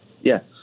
Yes